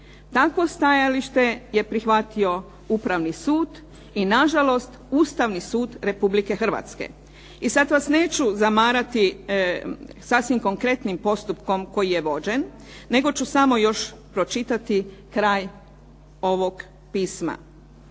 Takvo stajalište je prihvatio Upravni sud i na žalost Ustavni sud Republike Hrvatske. I sad vas neću zamarati sasvim konkretnim postupkom koji je vođen, nego ću samo još pročitati kraj ovog pisma.